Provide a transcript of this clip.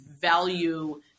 value